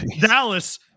Dallas